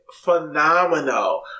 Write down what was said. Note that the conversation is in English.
phenomenal